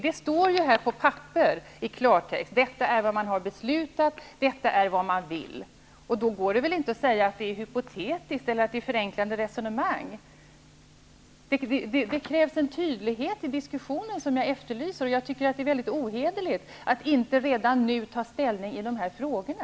Detta står i klartext på papper. Detta är vad man har beslutat, detta är vad man vill. Då går det väl inte att säga att det är hypotetiskt eller att det är förenklande resonemang? Det krävs en tydlighet i diskussionen som jag efterlyser, och jag tycker att det är ohederligt att inte redan nu ta ställning i de här frågorna.